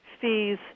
fees